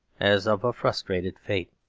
as of a frustrated fate.